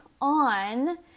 on